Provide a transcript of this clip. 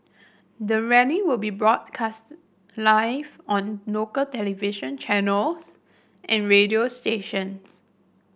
the rally will be broadcast live on local television channels and radio stations